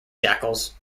jackals